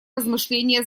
размышления